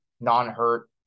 non-hurt